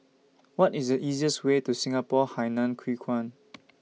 What IS The easiest Way to Singapore Hainan Hwee Kuan